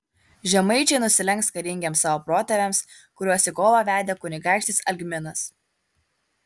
žemaičiai nusilenks karingiems savo protėviams kuriuos į kovą vedė kunigaikštis algminas